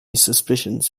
suspicions